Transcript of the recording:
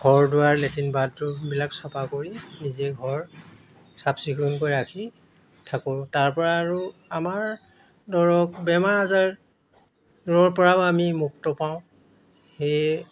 ঘৰ দুৱাৰ লেট্ৰিন বাথৰূমবিলাক চাফা কৰি নিজে ঘৰ চাফ চিকুণকৈ ৰাখি থাকোঁ তাৰ পৰা আৰু আমাৰ ধৰক বেমাৰ আজাৰৰ পৰাও আমি মুক্ত পাওঁ সেয়ে